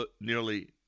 nearly